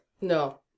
No